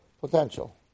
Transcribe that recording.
potential